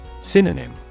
Synonym